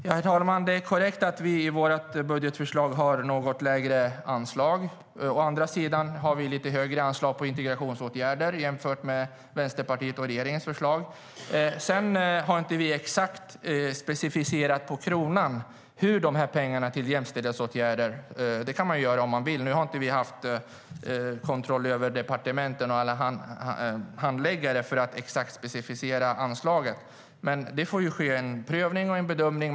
Herr talman! Det är korrekt att vi i vårt budgetförslag har något lägre anslag. Å andra sidan har vi lite högre anslag i fråga om integrationsåtgärder jämfört med Vänsterpartiets och regeringens förslag. Vi har inte exakt på kronan specificerat pengarna till jämställdhetsåtgärder. Det kan man göra om man vill. Nu har vi inte haft kontroll över departementen och alla handläggare för att exakt specificera anslaget. Det får ske en prövning och en bedömning.